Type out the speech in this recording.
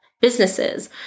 businesses